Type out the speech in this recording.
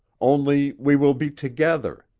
only we will be together!